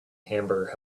hamburger